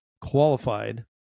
qualified